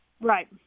Right